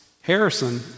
Harrison